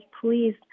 please